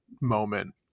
moment